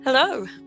Hello